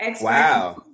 Wow